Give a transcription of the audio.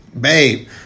Babe